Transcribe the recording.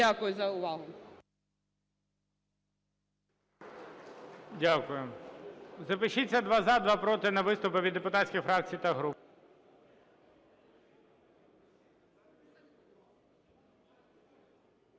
Дякую за увагу.